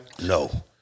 No